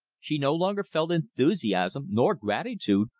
she no longer felt enthusiasm, nor gratitude,